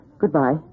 goodbye